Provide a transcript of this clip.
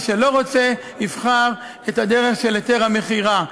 מי שלא רוצה יבחר את הדרך של היתר המכירה.